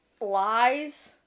Lies